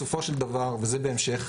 בסופו של דבר, וזה בהמשך